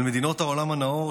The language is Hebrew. על מדינות העולם הנאור,